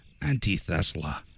Antithesla